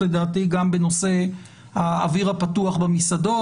לדעתי גם בנושא האוויר הפתוח במסעדות,